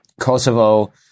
Kosovo